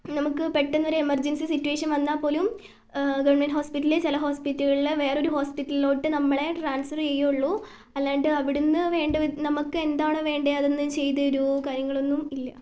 നമുക്ക് പെട്ടന്ന് ഒരു എമർജൻസി സിറ്റുവേഷൻ വന്നാൽപ്പോലും ഗവൺമെൻ്റ് ഹോസ്പിറ്റലിലെ ചില ഹോസ്പിറ്റലുകളിൽ വേറെ ഒരു ഹോസ്പിറ്റലിലോട്ട് നമ്മളെ ട്രാൻസ്ഫർ ചെയ്യുള്ളൂ അല്ലാണ്ട് അവിടെ നിന്ന് നമുക്ക് എന്താണോ വേണ്ടത്ത് അത് ഒന്നും ചെയ്തു തരികയോ കാര്യങ്ങൾ ഒന്നും ഇല്ല